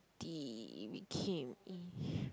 did we came in